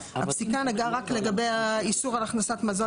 הפסיקה נגעה רק לגבי האיסור על הכנסת מזון